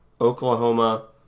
Oklahoma